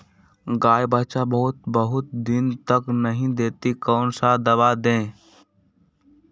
गाय बच्चा बहुत बहुत दिन तक नहीं देती कौन सा दवा दे?